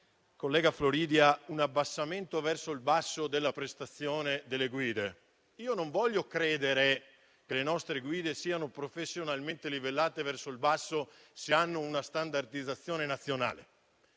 Aurora Floridia, un abbassamento verso il basso della prestazione delle guide. Io non voglio credere che le nostre guide siano professionalmente livellate verso il basso se hanno una standardizzazione nazionale.